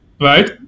right